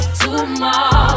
tomorrow